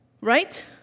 right